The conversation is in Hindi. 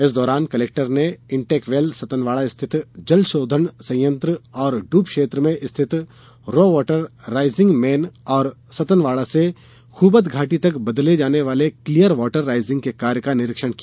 इस दौरान कलेक्टर ने इन्टेकवेल सतनवाड़ा स्थित जलशोधन संयंत्र और डूब क्षेत्र में स्थित रॉ वाटर राईजिंग मेन तथा सतनवाड़ा से खूबत घाटी तक बदले जाने वाले क्लीयर वाटर राईजिंग के कार्य का निरीक्षण किया